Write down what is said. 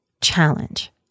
challenge